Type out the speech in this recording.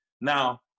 Now